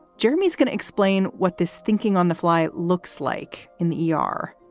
jeremy is going to explain what this thinking on the fly looks like in the e r.